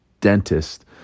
dentist